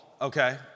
Okay